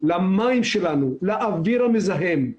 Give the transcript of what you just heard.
למים שלנו, לאוויר המזהם.